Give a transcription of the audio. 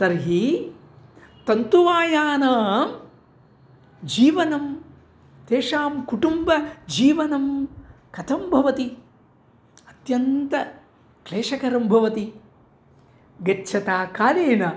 तर्हि तन्तुवायानां जीवनं तेषां कुटुम्बजीवनं कथं भवति अत्यन्तं क्लेशकरं भवति गच्छता कालेन